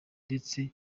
ndetse